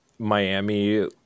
Miami